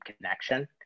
connection